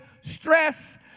stress